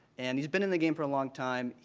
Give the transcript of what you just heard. and he's been in the game for a long time.